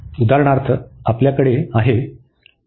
उदाहरणार्थ आपल्याकडे आहे